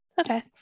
Okay